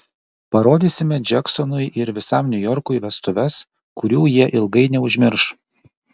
parodysime džeksonui ir visam niujorkui vestuves kurių jie ilgai neužmirš